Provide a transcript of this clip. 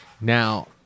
now